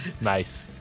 Nice